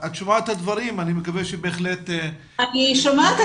את שומעת את הדברים ואני מקווה ש- -- אני שומעת,